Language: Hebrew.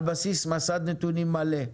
על בסיס מסד נתונים מלא,